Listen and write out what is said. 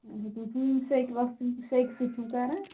اَچھا تُہۍ چھِو یِم سیٚکہِ وۅستہٕ سیکہِ سۭتۍ چھِو کران